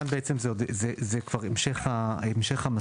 כאן בעצם זה כבר המשך המסלול,